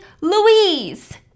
Louise